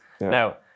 Now